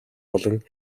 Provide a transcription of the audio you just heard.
болон